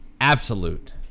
absolute